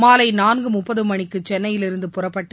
மாலை நான்கு முப்பது மணிக்கு சென்னையிலிருந்து புறப்பட்டு